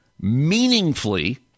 meaningfully